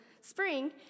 spring